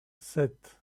sept